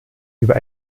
über